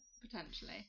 Potentially